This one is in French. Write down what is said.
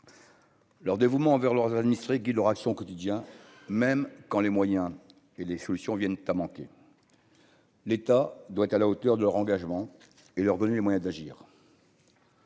leur dévouement envers leurs administrés Guy leur action au quotidien, même quand les moyens et les solutions viennent à manquer. L'État doit être à la hauteur de leur engagement et leur donner les moyens d'agir.